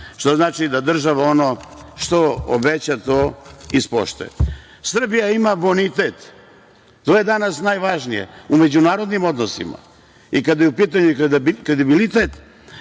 To znači da država ono što obeća to i ispoštuje. Srbija ima bonitet, to je danas najvažnije, u međunarodnim odnosima, i kada je u pitanju kredibilitet,